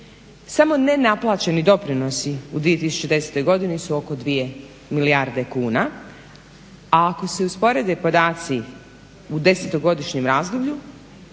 Samo nenaplaćeni doprinosi u 2010. godini su oko 2 milijarde kuna, a ako se usporede podaci u 10-godišnjem razdoblju